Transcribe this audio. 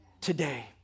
today